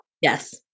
Yes